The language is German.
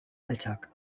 alltag